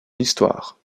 histoire